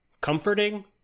comforting